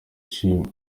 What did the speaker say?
ciwe